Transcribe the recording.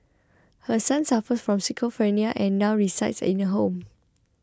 her son suffers from schizophrenia and now resides in a home